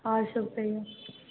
आओर सब कहिऔ